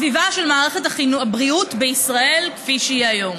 הסביבה של מערכת הבריאות בישראל כפי שהיא היום,